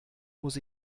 muss